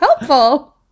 helpful